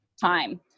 time